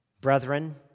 Brethren